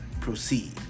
proceed